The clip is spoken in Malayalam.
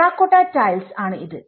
ടെറാക്കോട്ട ടൈൽസ് ആണ് അത്